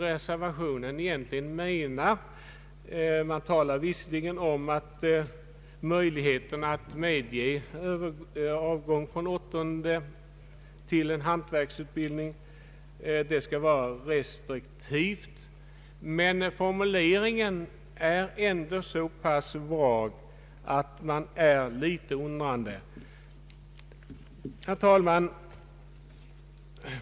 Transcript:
Reservanterna talar visserligen om att möjligheten att medge övergång från åttonde skolåret till utbildning hos hantverkare bör utnyttjas restriktivt, men formuleringen är ändå så vag att jag ställer mig litet undrande. Herr talman!